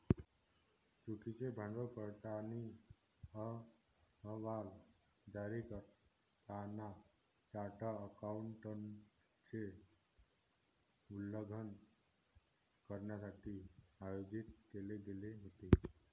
चुकीचे भांडवल पडताळणी अहवाल जारी करताना चार्टर्ड अकाउंटंटचे उल्लंघन करण्यासाठी आयोजित केले गेले होते